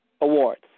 awards